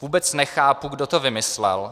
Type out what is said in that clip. Vůbec nechápu, kdo to vymyslel.